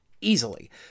easily